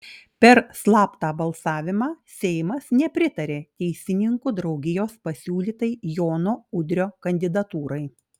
per slaptą balsavimą seimas nepritarė teisininkų draugijos pasiūlytai jono udrio kandidatūrai